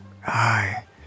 Hi